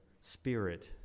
spirit